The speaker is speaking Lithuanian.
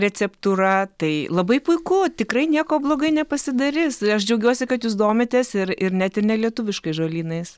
receptūra tai labai puiku tikrai nieko blogai nepasidarys aš džiaugiuosi kad jūs domitės ir ir net ir nelietuviškais žolynais